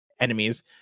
Enemies